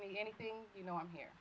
need anything you know i'm here